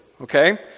okay